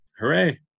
hooray